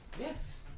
Yes